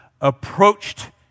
approached